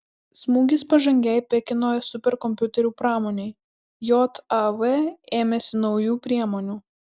smūgis pažangiai pekino superkompiuterių pramonei jav ėmėsi naujų priemonių